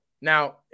now